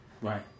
Right